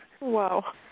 Wow